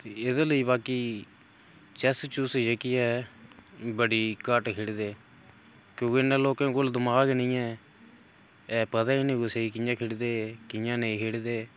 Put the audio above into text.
ते एहदे लेई बाकी चैस चुस जेह्की ऐ बड़ी घट्ट खेढदे क्योंकि इन्ना लोकें कोल दमाग निं ऐ एह् पता गै निं कुसै गी कि'यां खेढदे कि'यां नेईं खेढदे